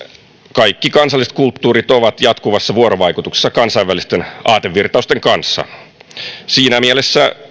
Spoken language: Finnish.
kaikki kansalliset kulttuurit ovat jatkuvassa vuorovaikutuksessa kansainvälisten aatevirtausten kanssa siinä mielessä